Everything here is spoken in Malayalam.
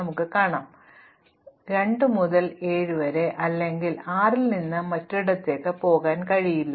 ഉദാഹരണത്തിന് ഒരാൾക്ക് 2 മുതൽ 7 വരെ അല്ലെങ്കിൽ 6 ൽ നിന്ന് മറ്റൊരിടത്തേക്ക് പോകാൻ കഴിയില്ല